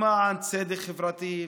למען צדק חברתי.